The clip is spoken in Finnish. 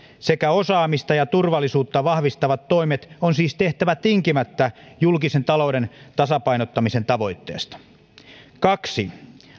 sekä osaamista ja turvallisuutta vahvistavat toimet on siis tehtävä tinkimättä julkisen talouden tasapainottamisen tavoitteesta halusimme kaksi